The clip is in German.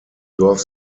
dorf